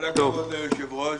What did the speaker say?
כל הכבוד ליושב-ראש